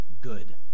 good